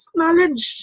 knowledge